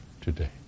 today